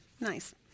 Nice